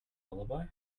lullaby